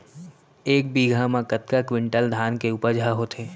एक बीघा म कतका क्विंटल धान के उपज ह होथे?